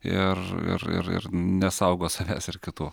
ir ir ir ir nesaugo savęs ir kitų